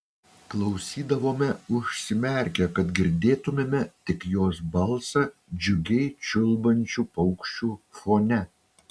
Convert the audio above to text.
klausydavome užsimerkę kad girdėtumėme tik jos balsą džiugiai čiulbančių paukščių fone